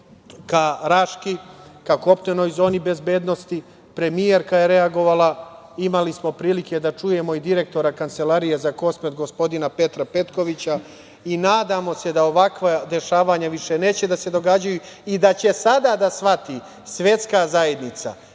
ka Raški, ka kopnenoj zoni bezbednosti, premijerka je reagovala. Imali smo prilike da čujemo i direktora Kancelarije za Kosovo i Metohiju, gospodina Petra Petkovića i nadamo se da ovakva dešavanja više neće da se događaju i da će sada da shvati svetska zajednica